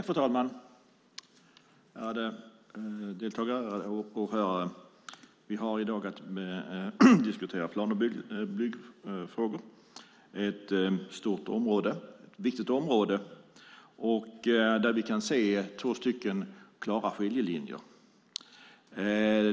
Fru talman! Ärade deltagare och åhörare! Vi har i dag att diskutera plan och byggfrågor, ett stort och viktigt område där vi kan se två klara skiljelinjer.